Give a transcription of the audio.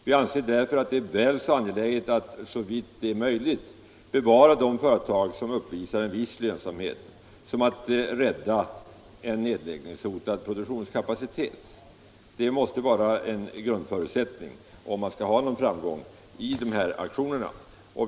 Vi anser därför att det är väl så angeläget aut såvitt möjligt bevara de företag som uppvisar en viss lönsamhet som att rädda en nedläggningshotad produktionskapacitet. Det måste vara en grundförutsättning om man skall ha någon framgång med de här aktionerna.